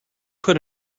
put